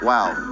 Wow